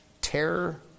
terror